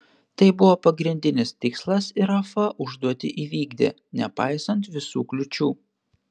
tai buvo pagrindinis tikslas ir rafa užduotį įvykdė nepaisant visų kliūčių